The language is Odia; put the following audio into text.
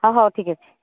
ହଁ ହଉ ଠିକ୍ଅଛି